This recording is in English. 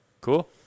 cool